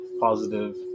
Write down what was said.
positive